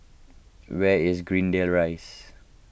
where is Greendale Rise